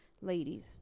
ladies